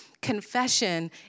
Confession